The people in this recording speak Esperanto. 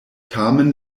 tamen